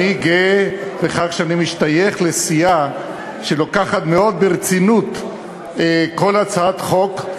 אני גאה בכך שאני משתייך לסיעה שלוקחת מאוד ברצינות כל הצעת חוק,